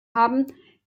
haben